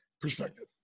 perspective